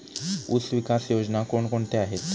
ऊसविकास योजना कोण कोणत्या आहेत?